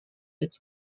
its